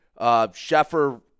Sheffer